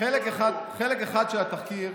חלק אחד של התחקיר,